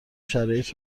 شرایط